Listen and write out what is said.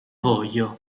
voglio